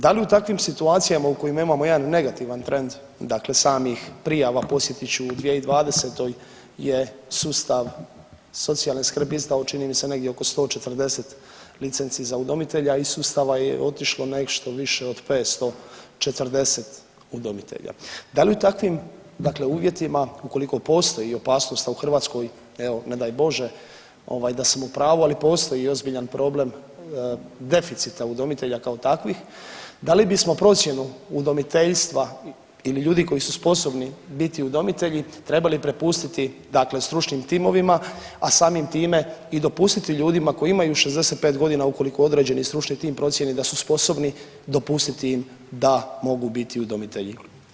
Da li u takvim situacijama u kojima imamo jedan negativan trend dakle samih prijava, podsjetit ću u 2020. je sustav socijalne skrbi izdao čini mi se negdje oko 140 licenci za udomitelja, a iz sustava je otišlo nešto više od 540 udomitelja, da li u takvim dakle uvjetima ukoliko postoji opasnost, a u Hrvatskoj evo ne daj Bože ovaj da sam u pravu, ali postoji ozbiljan problem deficita udomitelja kao takvih, da li bismo procjenu udomiteljstva ili ljudi koji su sposobni biti udomitelji trebali prepustiti dakle stručnim timovima, a samim time i dopustiti ljudima koji imaju 65 godina ukoliko određeni stručni tim procijeni da su sposobni dopustiti im da mogu biti udomitelji.